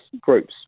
groups